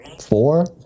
Four